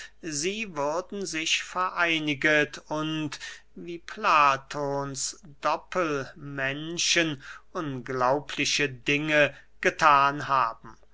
sie würden sich vereiniget und wie platons doppelmenschen unglaubliche dinge gethan haben